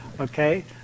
Okay